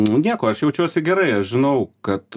nieko aš jaučiuosi gerai aš žinau kad